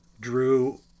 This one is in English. Drew